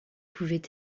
pouvait